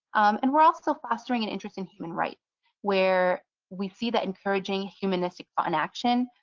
and we're also fostering an interest in human rights where we see that encouraging humanistic for an action.